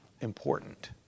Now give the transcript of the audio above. important